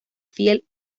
fiel